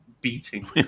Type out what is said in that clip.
beating